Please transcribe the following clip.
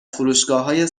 فروشگاههای